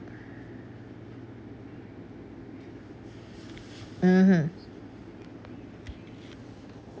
mmhmm